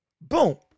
boom